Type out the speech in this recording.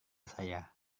saya